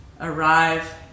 Arrive